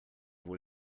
wohl